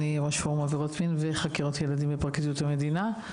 אני ראש פורום עבירות מין וחקירות ילדים בפרקליטות המדינה.